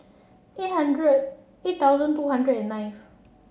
eight hundred eight thousand two hundred and ninth